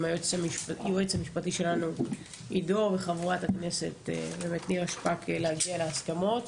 היועץ המשפטי שלנו עידו וחברת הכנסת נירה שפק להגיע להסכמות.